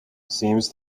seems